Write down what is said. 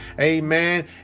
amen